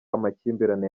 amakimbirane